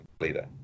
leader